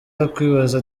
yakwibaza